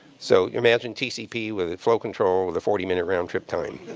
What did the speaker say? so imagine tcp with flow control with a forty minute round-trip time.